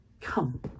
Come